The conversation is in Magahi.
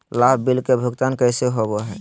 लाभ बिल के भुगतान कैसे होबो हैं?